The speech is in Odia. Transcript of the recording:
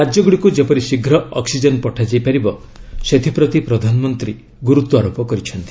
ରାଜ୍ୟଗୁଡ଼ିକୁ ଯେପରି ଶୀଘ୍ର ଅକ୍ନିଜେନ୍ ପଠାଯାଇ ପାରିବ ସେଥିପ୍ରତି ପ୍ରଧାନମନ୍ତ୍ରୀ ଗୁରୁତ୍ୱାରୋପ କରିଛନ୍ତି